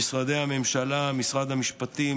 למשרדי הממשלה: משרד המשפטים,